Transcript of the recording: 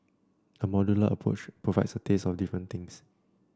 a modular approach provides a taste of different things